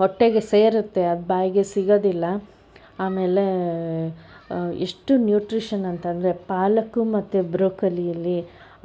ಹೊಟ್ಟೆಗೆ ಸೇರತ್ತೆ ಅದು ಬಾಯಿಗೆ ಸಿಗೋದಿಲ್ಲ ಆಮೇಲೆ ಎಷ್ಟು ನ್ಯೂಟ್ರಿಷನ್ ಅಂತಂದ್ರೆ ಪಾಲಕ್ ಮತ್ತೆ ಬ್ರೋಕಲಿಯಲ್ಲಿ